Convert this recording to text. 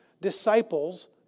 disciples